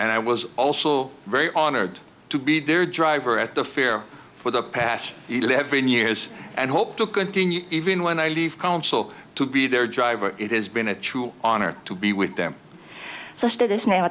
and i was also very honored to be their driver at the fair for the past eleven years and hope to continue even when i leave council to be their driver it has been a true honor to be with them let's do this now